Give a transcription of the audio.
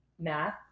math